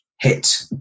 hit